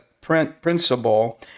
principle